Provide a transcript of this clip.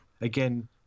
Again